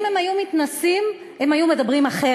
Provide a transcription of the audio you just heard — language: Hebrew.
אם הם היו מתנסים, הם היו מדברים אחרת.